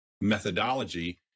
methodology